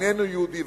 איננו יהודי,